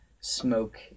smoke